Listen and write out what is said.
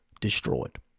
destroyed